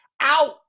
out